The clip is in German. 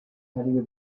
heilige